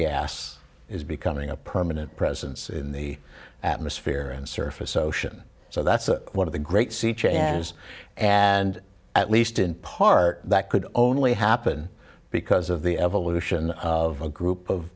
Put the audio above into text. gas is becoming a permanent presence in the atmosphere and surface ocean so that's one of the great sea changes and at least in part that could only happen because of the evolution of a group of